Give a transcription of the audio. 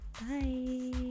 Bye